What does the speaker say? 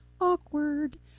Awkward